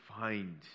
find